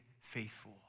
faithful